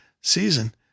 season